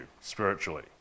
spiritually